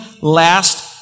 last